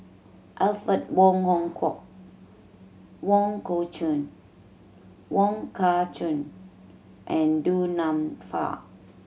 Alfred Wong Hong Kwok Wong core Chun Wong Kah Chun and Du Nanfa